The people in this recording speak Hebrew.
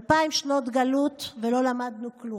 אלפיים שנות גלות, ולא למדנו כלום.